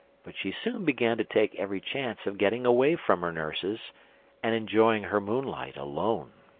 but she soon began to take every chance of getting away from her nurses and enjoying her moonlight alone.